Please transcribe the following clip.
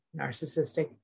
narcissistic